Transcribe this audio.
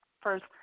first